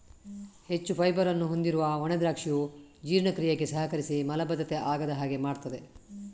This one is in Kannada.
ಹೆಚ್ಚು ಫೈಬರ್ ಅನ್ನು ಹೊಂದಿರುವ ಒಣ ದ್ರಾಕ್ಷಿಯು ಜೀರ್ಣಕ್ರಿಯೆಗೆ ಸಹಕರಿಸಿ ಮಲಬದ್ಧತೆ ಆಗದ ಹಾಗೆ ಮಾಡ್ತದೆ